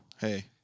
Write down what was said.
hey